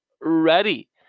ready